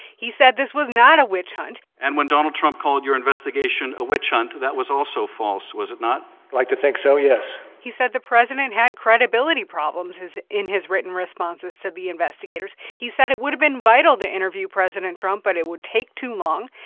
he said this was not a witch hunt and when donald trump called your investigation a witch hunt, that was also false, was it not? i'd like to think so, yes he said the president had credibility problems, in his written responses to the investigators. he said it would have been vital to interview president trump, but it would take too long.